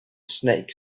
snake